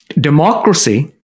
democracy